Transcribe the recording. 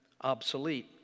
obsolete